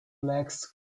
lacks